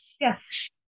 Yes